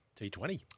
T20